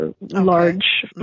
large